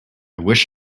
wish